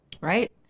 right